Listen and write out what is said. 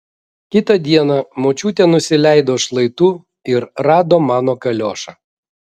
kitą dieną močiutė nusileido šlaitu ir rado mano kaliošą